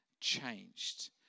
changed